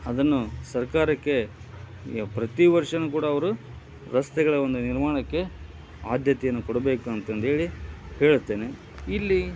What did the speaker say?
ಅದನ್ನು ಸರ್ಕಾರಕ್ಕೆ ಪ್ರತಿವರ್ಷನೂ ಕೂಡ ಅವರು ರಸ್ತೆಗಳ ಒಂದು ನಿರ್ಮಾಣಕ್ಕೆ ಆದ್ಯತೆಯನ್ನು ಕೊಡಬೇಕು ಅಂತಂದು ಹೇಳಿ ಹೇಳ್ತೇನೆ ಇಲ್ಲಿ